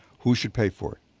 who should pay for it?